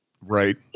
right